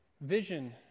vision